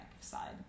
side